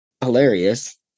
hilarious